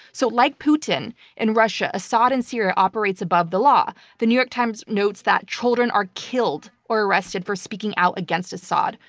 so, like putin in russia, assad in syria operates above the law. the new york times notes that children are killed or arrested for speaking out against assad.